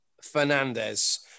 Fernandez